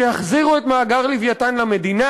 שיחזירו את מאגר "לווייתן" למדינה.